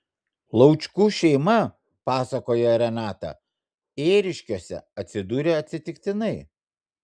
laučkų šeima pasakoja renata ėriškiuose atsidūrė atsitiktinai